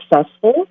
successful